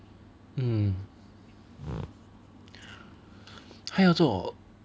mm 他要做